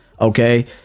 okay